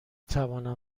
توانم